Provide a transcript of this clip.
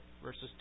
verses